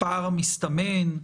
הפער המסתמן,